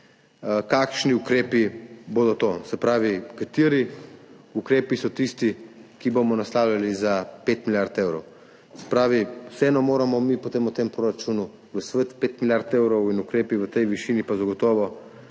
kakšni ukrepi bodo to, se pravi, kateri ukrepi so tisti, ki jih bomo naslavljali za 5 milijard evrov. Se pravi, vseeno moramo mi potem v tem proračunu glasovati, 5 milijard evrov in ukrepi v tej višini pa zagotovo